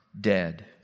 dead